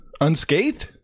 unscathed